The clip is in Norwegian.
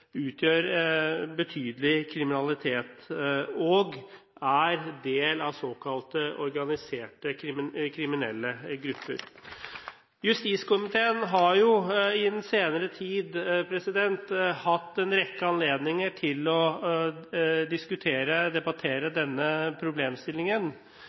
utgjør betydelig kriminalitet og er en del av såkalte organiserte kriminelle grupper. Justiskomiteen har i den senere tid hatt en rekke anledninger til å diskutere og debattere